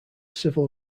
civil